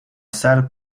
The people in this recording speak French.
salle